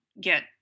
get